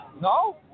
No